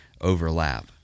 overlap